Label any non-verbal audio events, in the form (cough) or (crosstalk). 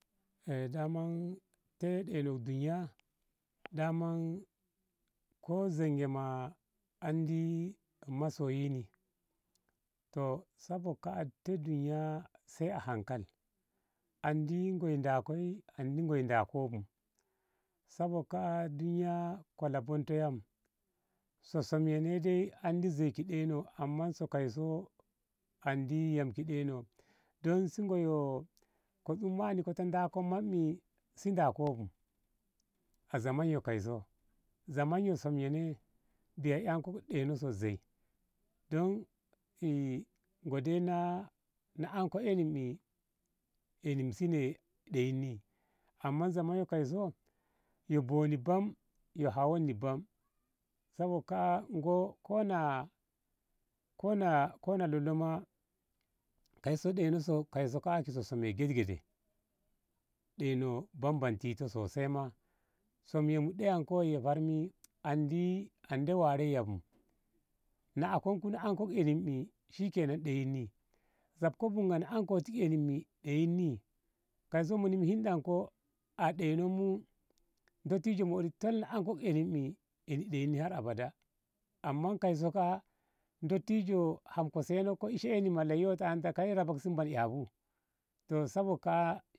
(hesitation) Dama te deinok duniya dama ko zonge ma andi masoyinni toh sabok ka a te duniya sai a hankali andi ngoi da koi andi ngoi da koi bu sabok ka a duniya kola bonto yam so samyo ne dai andi zei ki deino amma so kaiso andi yam ki deino don si ngoi yo ko tsammani ko ta ko manni si da koi bu a zaman so kaiso zaman so som dai biya anko deino zei don ngoi dei na anko eni eninsa ne ɗeyinni amma zaman so kaiso yoh boni bam yoh hawonni bam sabok ka a ngo ko kona kona lolo kai so deino ka a ki som ye andi gergede deino banbanti toh sosai sam mu deyanko ye barni andi warayya bu nakonku na anko eninin deyin shikenan koh zabko bungaa na anko ti eninni deyin kaiso muni mu hindanko dattijo modi tol na anko enin- ni deyinni koh har abada amma kaiso ka a dottijo ham ko seno ko ishe eni la ƴoto ana ta kai rabak si man ƴabu toh sabok.